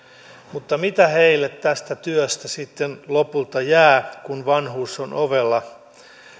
mutta mitä heille tästä työstä sitten lopulta jää kun vanhuus on ovella